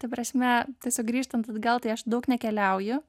ta prasme tiesiog grįžtant atgal tai aš daug nekeliauju